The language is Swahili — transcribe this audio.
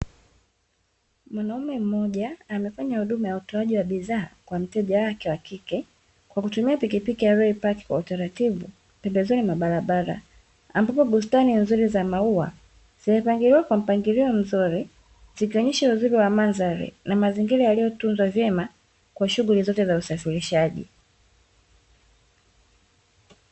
Mwanaume mmoja amefanya huduma ya utoaji wa bidhaa kwa mteja wake wa kike kwa kutumia pikipiki aliyoipaki kwa utaratibu pembezoni mwa barabara, ambapo bustani nzuri za mauwa zimepangiliwa kwa mpangilio mzuri zikionesha uzuri wa mandhari na mazingira yaliyotunzwa vyema kwa shughuli zote za usafirishaji.